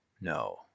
No